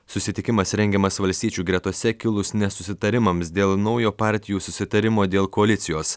susitikimas rengiamas valstiečių gretose kilus nesusitarimams dėl naujo partijų susitarimo dėl koalicijos